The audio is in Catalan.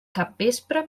capvespre